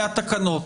מהתקנות.